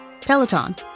Peloton